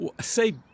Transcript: Say